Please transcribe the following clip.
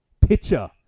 pitcher